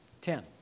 Ten